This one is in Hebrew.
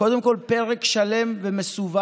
קודם כול, פרק שלם ומסווג